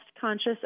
conscious